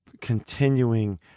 continuing